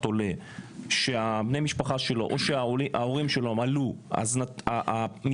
אדם שבני משפחתו או שההורים שלו עלו והוא מגיע ללא אשרת עולה.